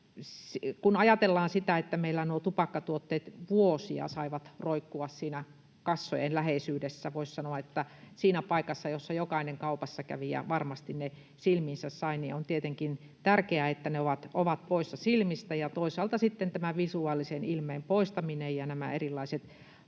Kun ajatellaan sitä, että meillä nuo tupakkatuotteet saivat roikkua vuosia kassojen läheisyydessä, voisi sanoa, siinä paikassa, jossa jokainen kaupassa kävijä varmasti ne silmiinsä sai, on tietenkin tärkeää, että ne ovat nyt poissa silmistä, ja toisaalta sitten tämän visuaalisen ilmeen poistaminen ja nämä erilaiset